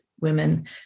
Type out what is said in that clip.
women